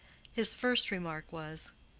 his first remark was,